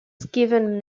given